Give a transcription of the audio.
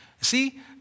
See